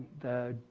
the,